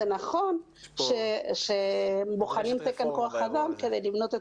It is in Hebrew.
זה נכון שבוחנים תקן כוח אדם כדי לבנות את